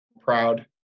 proud